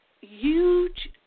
huge